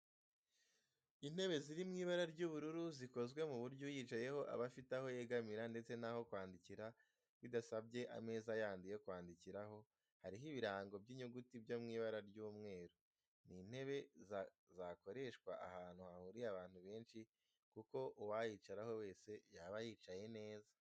Intebe ziri mu ibara ry'ubururu zikozwe ku buryo uyicayeho aba afite aho yegamira ndetse n'aho kwandikira bidasabye ameza yandi yo kwandikiraho, hariho ibirango by'inyuguti byo mu ibara ry'umweru. Ni intebe zakoreshwa ahantu hahuriye abantu benshi kuko uwayicaraho wese yaba yicaye neza.